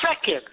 second